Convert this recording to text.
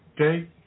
Okay